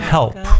Help